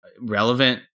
relevant